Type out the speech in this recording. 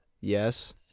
Yes